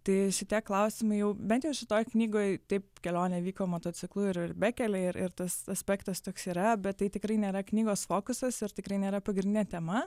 tai šitie klausimai jau bent jau šitoj knygoj taip kelionė vyko motociklu ir bekele ir ir tas aspektas toks yra bet tai tikrai nėra knygos fokusas ir tikrai nėra pagrindinė tema